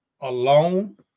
alone